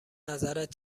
نظرت